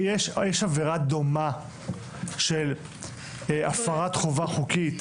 האם יש עבירה דומה של הפרת חובה חוקית